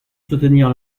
soutenir